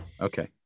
Okay